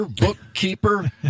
bookkeeper